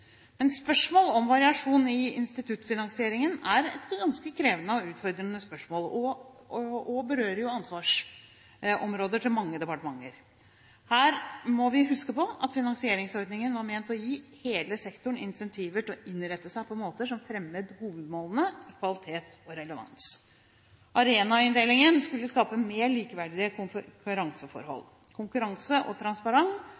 Men spørsmålet om variasjon i instituttfinansieringen er ganske krevende og utfordrende, og det berører jo ansvarsområdene til mange departementer. Her må vi huske på at finansieringsordningen var ment å gi hele sektoren incentiver til å innrette seg på måter som fremmet hovedmålene – kvalitet og relevans. Arenainndelingen skulle skape mer likeverdige